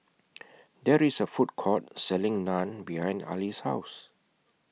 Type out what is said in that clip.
There IS A Food Court Selling Naan behind Arlie's House